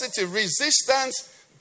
resistance